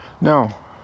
No